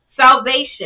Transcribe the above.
salvation